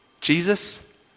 Jesus